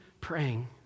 praying